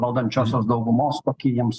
valdančiosios daugumos kokį jiems